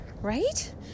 Right